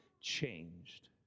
changed